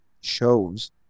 shows